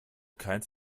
keines